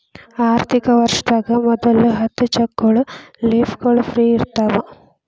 ಆರ್ಥಿಕ ವರ್ಷದಾಗ ಮೊದಲ ಹತ್ತ ಚೆಕ್ ಲೇಫ್ಗಳು ಫ್ರೇ ಇರ್ತಾವ